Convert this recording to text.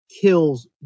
kills